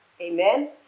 Amen